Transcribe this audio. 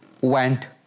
went